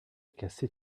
cassait